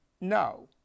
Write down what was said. no